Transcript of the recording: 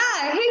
hey